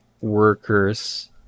workers